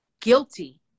guilty